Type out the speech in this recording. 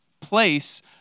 place